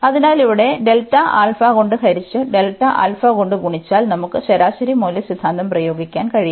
അതിനാൽ ഇവിടെ കൊണ്ട് ഹരിച് ഗുണിച്ചാൽ നമുക്ക് ശരാശരി മൂല്യ സിദ്ധാന്തം പ്രയോഗിക്കാൻ കഴിയും